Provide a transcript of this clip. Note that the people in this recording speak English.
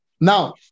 Now